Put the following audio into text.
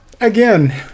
again